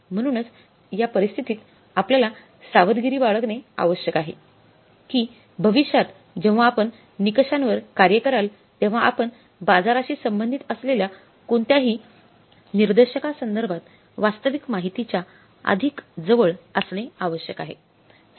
म्हणूनच या परिस्थितीत आपल्याला सावधगिरी बाळगणे आवश्यक आहे की भविष्यात जेव्हा आपण निकषांवर कार्य कराल तेव्हा आपण बाजाराशी संबंधित असलेल्या कोणत्याही निर्देशकासंदर्भात वास्तविक माहितीच्या अधिक जवळ असणे आवश्यक आहे